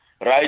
right